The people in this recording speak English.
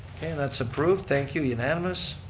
okay, and that's approved, thank you, unanimous.